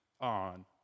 on